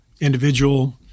individual